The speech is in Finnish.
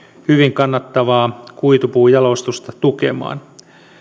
hyvin kannattavaa kuitupuun jalostusta tukemaan